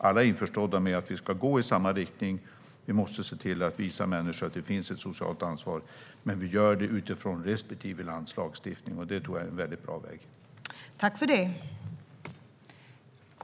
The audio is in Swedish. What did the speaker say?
Alla är införstådda med att vi ska gå i samma riktning och se till att visa människor att det finns ett socialt ansvar, men att vi gör det utifrån respektive lands lagstiftning. Jag tror att det är en väldigt bra väg att gå.